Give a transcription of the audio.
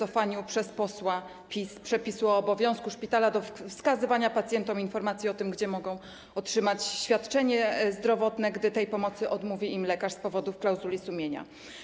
po wycofaniu przez posła PiS przepisu o obowiązku szpitala odnośnie do wskazywania pacjentom informacji o tym, gdzie mogą otrzymać świadczenie zdrowotne, gdy tej pomocy odmówi im lekarz z powodu klauzuli sumienia.